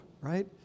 right